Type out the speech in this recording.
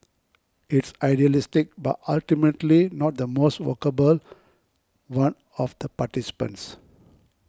it's idealistic but ultimately not the most workable one of the participants